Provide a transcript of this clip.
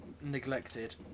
neglected